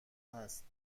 هست